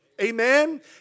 Amen